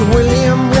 William